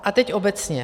A teď obecně.